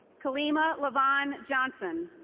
khaleema lavonne johnson.